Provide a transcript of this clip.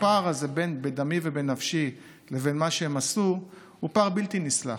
הפער הזה בין "בדמי ובנפשי" לבין מה שהם עשו הוא פער בלתי נסלח.